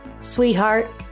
Sweetheart